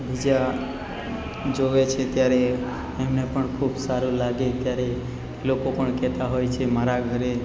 બીજા જોવે છે ત્યારે એમને પણ ખૂબ સારું લાગે ત્યારે લોકો પણ કહેતા હોય છે મારા ઘરે